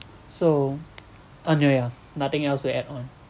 so ah no yeah nothing else to add on